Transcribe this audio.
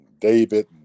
David